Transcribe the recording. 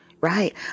Right